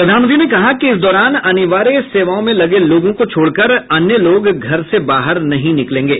प्रधानमंत्री ने कहा कि इस दौरान अनिवार्य सेवाओं में लगे लोगों को छोड़कर अन्य लोग घर से बाहर नहीं निकलेंगे